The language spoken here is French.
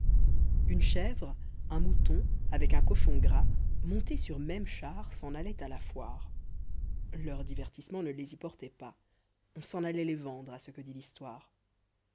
une chèvre un mouton avec un cochon gras montés sur même char s'en allaient à la foire leur divertissement ne les y portait pas on s'en allait les vendre à ce que dit l'histoire